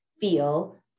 feel